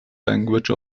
language